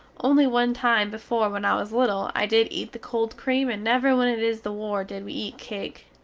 only one time before when i was little i did eat the cold cream and never when it is the war did we eat cake.